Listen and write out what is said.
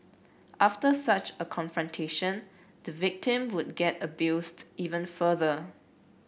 after such a confrontation the victim would get abused even further